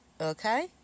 Okay